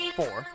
four